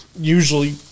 Usually